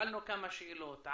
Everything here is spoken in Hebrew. שאלנו כמה שאלות,